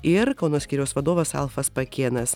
ir kauno skyriaus vadovas alfas pakėnas